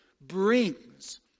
brings